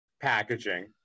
packaging